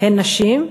הם נשים,